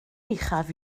uchaf